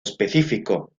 específico